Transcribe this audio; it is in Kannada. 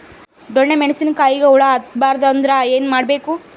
ಡೊಣ್ಣ ಮೆಣಸಿನ ಕಾಯಿಗ ಹುಳ ಹತ್ತ ಬಾರದು ಅಂದರ ಏನ ಮಾಡಬೇಕು?